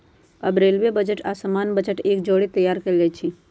अब railway budget आऽ सामान्य बजट एक जौरे तइयार कएल जाइ छइ